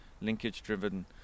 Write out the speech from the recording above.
linkage-driven